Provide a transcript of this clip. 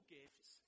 gifts